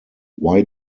why